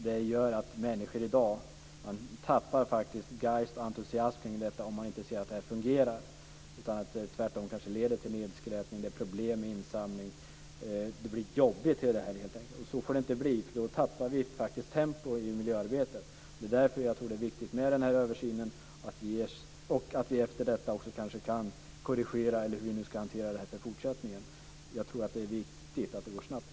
Det gör att människor i dag faktiskt tappar geist och entusiasm kring detta om de inte ser att det fungerar. Tvärtom kanske det leder till nedskräpning. Det är problem med insamling. Det blir jobbigt helt enkelt, och så får det inte bli, då tappar vi tempo i miljöarbetet. Det är därför som jag tror att det är viktigt med den här översynen och att vi efter detta kanske också kan korrigera detta i fortsättningen. Jag tror att det är viktigt att det går snabbt.